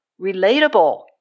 relatable